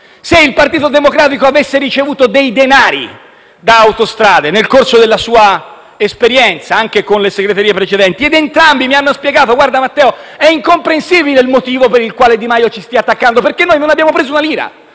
se il Partito Democratico avesse ricevuto dei denari da Autostrade nel corso della sua esperienza, quindi anche con le segreterie precedenti. Entrambi mi hanno spiegato: guarda, Matteo, è incomprensibile il motivo per cui Di Maio ci sta attaccando, perché non abbiamo preso una lira.